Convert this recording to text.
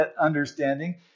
understanding